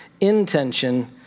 intention